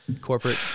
corporate